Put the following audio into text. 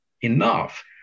enough